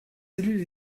cellule